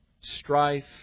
strife